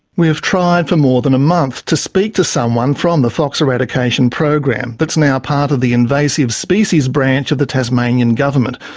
we've tried for more than a month to speak to someone from the fox eradication program that's now part of the invasive species branch of the tasmanian government.